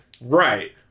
Right